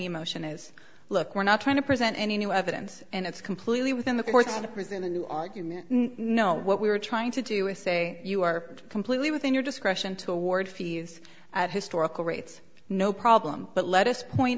emotion is look we're not trying to present any new evidence and it's completely within the courts have to present a new argument no what we were trying to do is say you are completely within your discretion to award fees at historical rates no problem but let us point